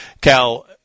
Cal